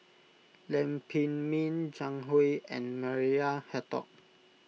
Lam Pin Min Zhang Hui and Maria Hertogh